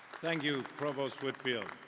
thank you, provost whitfield.